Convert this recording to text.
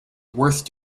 worth